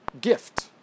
gift